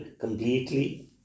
completely